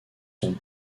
sont